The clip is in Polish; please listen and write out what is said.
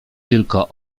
tylko